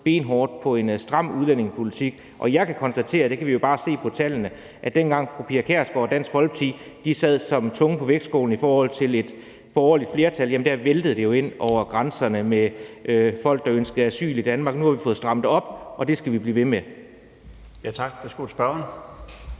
benhårdt på en stram udlændingepolitik, og jeg kan konstatere – der kan vi jo bare se på tallene – at dengang fru Pia Kjærsgaard og Dansk Folkeparti sad som tungen på vægtskålen i forhold til et borgerligt flertal, væltede det jo ind over grænserne med folk, der ønskede asyl i Danmark. Nu har vi fået strammet op, og det skal vi blive ved med. Kl. 16:12 Den fg.